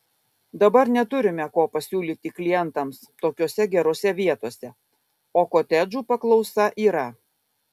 dabar neturime ko pasiūlyti klientams tokiose gerose vietose o kotedžų paklausa yra